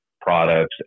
products